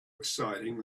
exciting